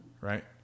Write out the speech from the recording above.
right